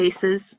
cases